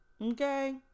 Okay